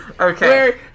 Okay